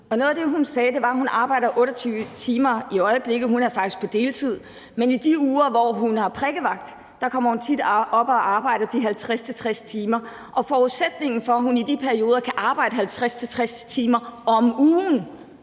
noget af det, hun sagde, var, at hun arbejder 28 timer i øjeblikket. Hun er faktisk på deltid. Men i de uger, hvor hun har prikkevagt, kommer hun tit op og arbejder 50-60 timer. Og forudsætningen for, at hun i de perioder kan arbejde 50-60 timer om ugen,